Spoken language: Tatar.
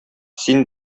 син